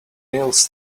meals